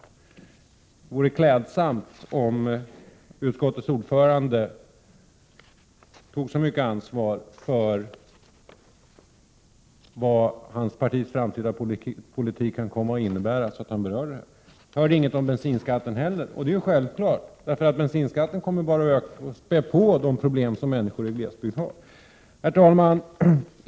Det vore klädsamt om utskottets ordförande tog så mycket ansvar för vad hans partis framtida politik kan komma att innebära att han berörde denna sak. Jag hörde inte heller något om bensinskatten. Det är självklart, eftersom höjningen av bensinskatten bara kommer att späda på de problem som människor i glesbygd har. Herr talman!